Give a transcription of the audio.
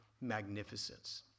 magnificence